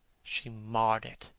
she marred it,